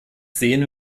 sehen